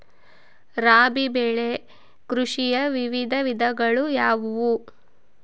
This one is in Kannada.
ರಾಬಿ ಬೆಳೆ ಕೃಷಿಯ ವಿವಿಧ ವಿಧಗಳು ಯಾವುವು?